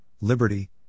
liberty